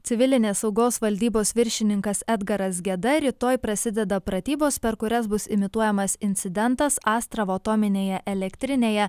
civilinės saugos valdybos viršininkas edgaras geda rytoj prasideda pratybos per kurias bus imituojamas incidentas astravo atominėje elektrinėje